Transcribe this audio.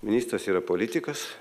ministras yra politikas